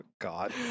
God